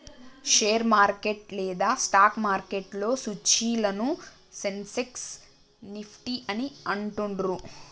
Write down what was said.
share market లేదా stock మార్కెట్లో సూచీలను సెన్సెక్స్, నిఫ్టీ అని అంటుండ్రు